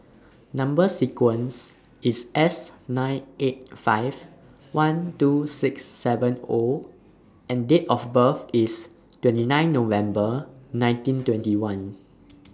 Number sequence IS S nine eight five one two six seven O and Date of birth IS twenty nine November nineteen twenty one